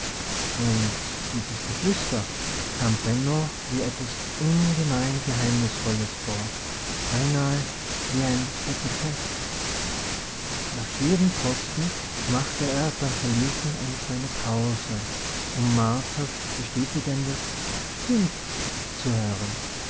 und dieses geflüster kam benno wie etwas ungemein geheimnisvolles vor beinahe wie ein tte tte nach jedem posten machte er beim verlesen eine kleine pause um marthas bestätigendes stimmt zu hören